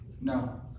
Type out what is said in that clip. No